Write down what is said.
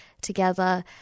together